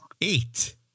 Eight